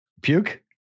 Puke